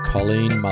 Colleen